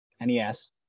NES